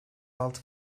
altı